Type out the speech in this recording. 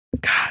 God